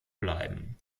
bleiben